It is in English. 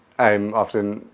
i'm often,